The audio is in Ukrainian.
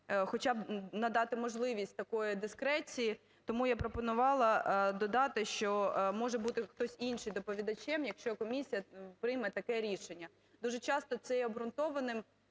хоча б надати можливість такої дискреції. Тому я пропонувала додати, що може бути хтось інший доповідачем, якщо комісія прийме таке рішення. Дуже часто це є обґрунтованим.